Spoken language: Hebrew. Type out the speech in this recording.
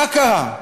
מה קרה?